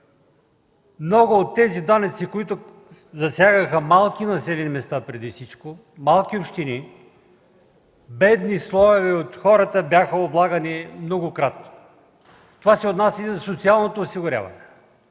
много от тези данъци, които засягаха малки населени места, преди всичко малки общини, бедни слоеве от хората бяха облагани многократно. Това се отнася и за социалното осигуряване.